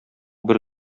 бер